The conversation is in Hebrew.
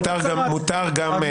בהצהרת הפתיחה מותר גם.